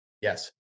Yes